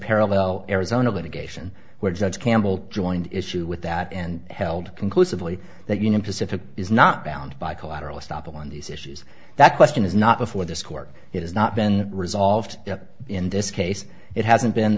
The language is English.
parallel arizona litigation where judge campbell joined issue with that and held conclusively that union pacific is not bound by collateral estoppel on these issues that question is not before this court it has not been resolved in this case it hasn't been